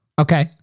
Okay